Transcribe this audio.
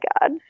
God